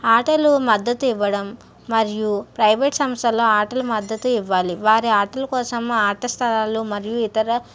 ఆటలు మద్దతు ఇవ్వడం మరియు ప్రైవేట్ సంస్థల ఆటలు మద్దతు ఇవ్వాలి వారి ఆటల కోసం ఆటస్థలాలు మరియు ఇతర